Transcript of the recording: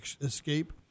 escape